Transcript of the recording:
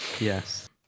Yes